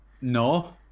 No